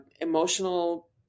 emotional